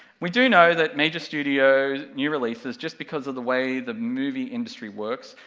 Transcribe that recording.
we do know that major studio new releases, just because of the way the movie industry works,